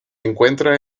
encuentra